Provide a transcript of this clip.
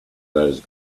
those